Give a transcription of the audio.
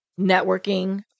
networking